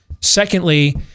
Secondly